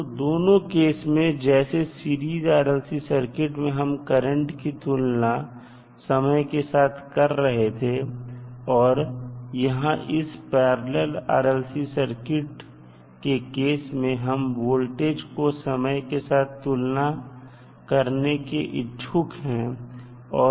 तो दोनों केस में जैसे सीरीज RLC सर्किट में हम करंट की तुलना समय के साथ कर रहे थे और यहां इस पैरलल RLC सर्किट के केस में हम वोल्टेज को समय के साथ तुलना करने के इच्छुक हैं